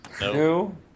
No